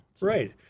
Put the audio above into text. Right